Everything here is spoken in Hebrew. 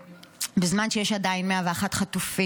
בזמן שיש עדיין 101 חטופים,